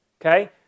okay